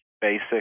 basic